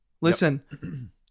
Listen